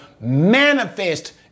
manifest